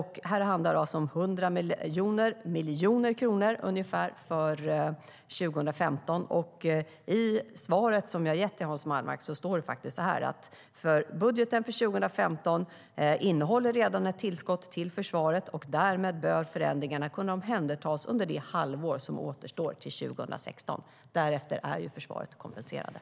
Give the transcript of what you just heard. Här handlar det om ungefär 100 miljoner kronor för 2015. I svaret som jag gett till Hans Wallmark säger jag: "Vidare innehåller budgeten för 2015 redan tillskott till försvaret. Därmed bör förändringarna kunna omhändertas under det halvår som återstår till 2016." Därefter är försvaret kompenserat.